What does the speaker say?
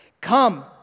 Come